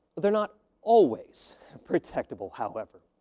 they're not always protectable, however,